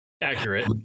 accurate